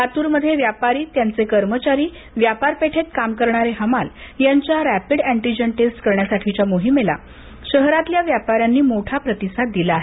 लातूरमध्ये व्यापारी त्यांचे कर्मचारी व्यापार पेठेत काम करणारे हमाल यांच्या रॅपीड अँटीजेन टेस्ट करण्यासाठीच्या मोहिमेला शहरातील व्यापाऱ्यांनी मोठा प्रतिसाद दिला आहे